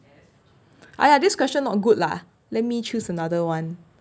!aiya! this question not good lah let me choose another [one]